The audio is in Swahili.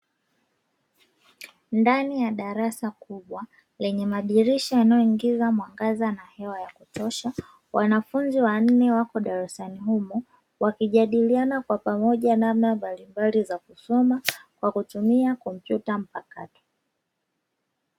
Ndani ya darasa kubwa lenye madirisha yanayoingiza mwangaza na hewa ya kutosha, wanafunzi wanne wapo darasani humo wakijadiliana kwa pamoja namna mbalimbali za kusoma, kwa kutumia kompyuta mpakato.